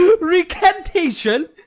recantation